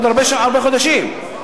עוד הרבה חודשים.